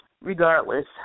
regardless